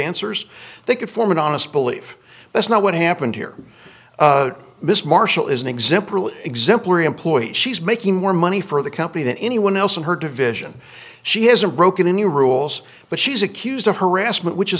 answers they can form an honest belief that's not what happened here miss marshall is an example exemplary employee she's making more money for the company than anyone else in her division she hasn't broken any rules but she's accused of harassment which is